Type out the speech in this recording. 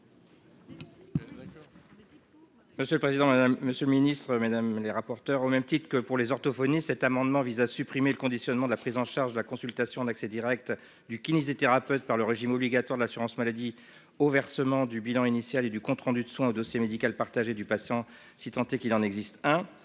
Monsieur le président, monsieur le ministre, mesdames les rapporteurs au même titre que pour les orthophonie cet amendement vise à supprimer le conditionnement de la prise en charge de la consultation d'accès Direct du kinésithérapeute par le régime obligatoire d'assurance maladie au versement du bilan initial et du compte-rendu de soins au dossier médical partagé du patient si tenté qu'il en existe hein.